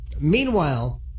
Meanwhile